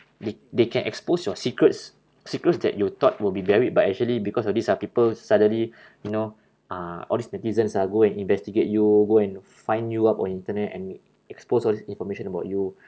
they they can expose your secrets secrets that you thought will be buried but actually because of this ah people suddenly you know uh all these netizens ah go and investigate you go and find you up on internet and expose all this information about you